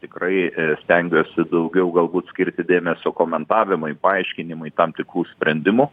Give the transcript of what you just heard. tikrai stengiuosi daugiau galbūt skirti dėmesio komentavimui paaiškinimui tam tikrų sprendimų